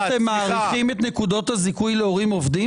אתם מאריכים את נקודות הזיכוי להורים עובדים?